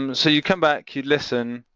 um and so you come back, you listen,